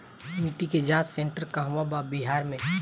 मिटी के जाच सेन्टर कहवा बा बिहार में?